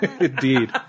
Indeed